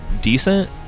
decent